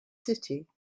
city